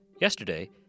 Yesterday